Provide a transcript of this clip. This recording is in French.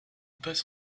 passe